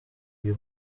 uyu